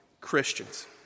Christians